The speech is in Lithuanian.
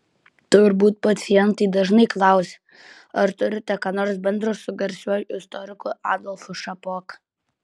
turbūt pacientai dažnai klausia ar turite ką nors bendro su garsiuoju istoriku adolfu šapoka